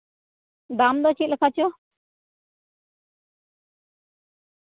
ᱫᱟᱢ ᱫᱚ ᱪᱮᱫ ᱞᱮᱠᱟ ᱪᱚ